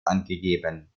angegeben